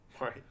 Right